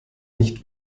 nicht